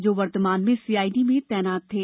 जो वर्तमान में सीआईडी में तैनात थे